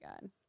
God